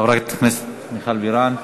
חברת הכנסת מיכל בירן תודה.